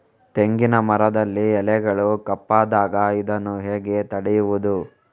ತೆಂಗಿನ ಮರದಲ್ಲಿ ಎಲೆಗಳು ಕಪ್ಪಾದಾಗ ಇದನ್ನು ಹೇಗೆ ತಡೆಯುವುದು?